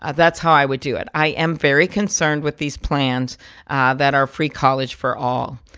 ah that's how i would do it. i am very concerned with these plans that are free college for all.